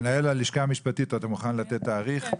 מנהל הלשכה המשפטית, אתה מוכן לתת תאריך?.